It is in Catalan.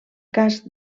cas